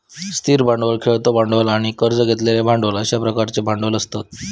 स्थिर भांडवल, खेळतो भांडवल आणि कर्ज घेतलेले भांडवल अश्या प्रकारचे भांडवल असतत